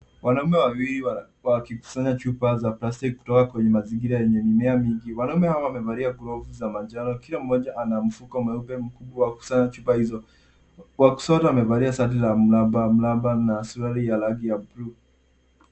Wanaume wawili wakikusanya chupa yaplastiki kutoka kwenye mazingira yenye mimea mingi. Wanaume hawa wamevalia glovu za manjano, kila mmoja ana mfuko mweupe mkubwa wa kusanya chupa hizo. Wakushoto amevalia shati la mraba mraba na suruali ya rangi ya bluu.